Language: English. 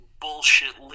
bullshit